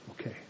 Okay